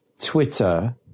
Twitter